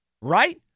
right